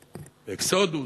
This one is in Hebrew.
ו"אקסודוס",